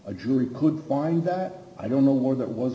a jury could wind that i don't know where that was